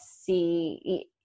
see